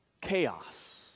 chaos